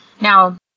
Now